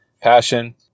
passion